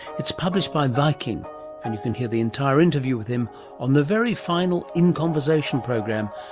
it's published by viking and you can hear the entire interview with him on the very final in conversation program,